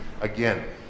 again